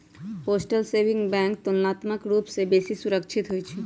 postal saving bank तुलनात्मक रूप से बेशी सुरक्षित होइ छइ